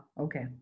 okay